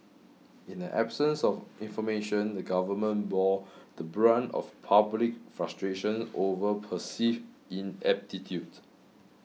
in the absence of information the government bore the brunt of public frustration over perceived ineptitude